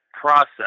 process